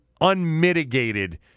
unmitigated